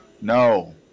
No